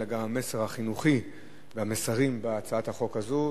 אלא גם מסר חינוכי ומסרים בהצעת החוק הזו,